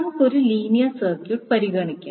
നമുക്ക് ഒരു linear circuit പരിഗണിക്കാം